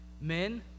men